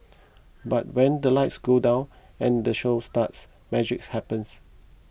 but when the lights go down and the show starts magics happens